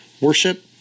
worship